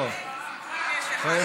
לא, לא.